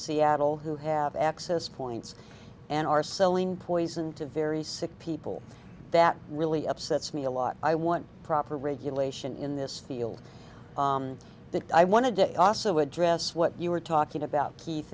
seattle who have access points and are selling poison to very sick people that really upsets me a lot i want proper regulation in this field that i wanted to also address what you were talking about